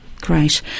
Great